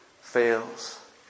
fails